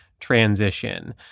transition